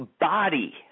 body